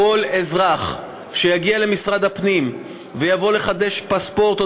כשכל אזרח שיגיע למשרד הפנים כדי לחדש פספורט או